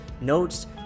notes